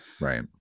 right